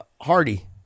Hardy